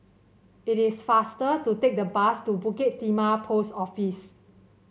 it is faster to take the bus to Bukit Timah Post Office